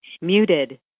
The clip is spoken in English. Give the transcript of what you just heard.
Muted